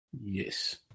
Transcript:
Yes